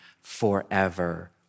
forever